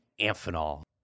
Amphenol